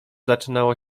zaczynało